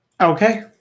Okay